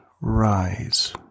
rise